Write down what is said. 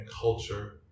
culture